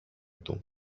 του